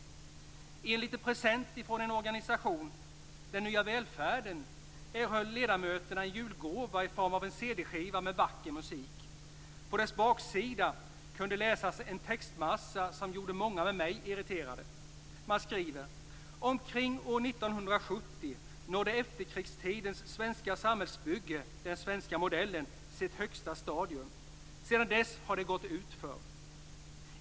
I en liten present från en organisation, Den nya välfärden, erhöll ledamöterna en julgåva i form av en cd-skiva med vacker musik. På dess baksida kunde läsas en textmassa som gjorde många med mig irriterade. Man skriver: "Omkring år 1970 nådde efterkrigstidens svenska samhällsbygge - Den Svenska Modellen - sitt högsta stadium. Sedan dess har det gått utför."